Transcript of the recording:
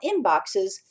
inboxes